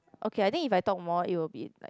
okay I think if I talk more it will be like